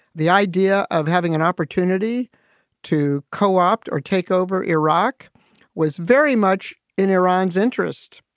the idea of having an opportunity to co-opt or take over iraq was very much in iran's interest.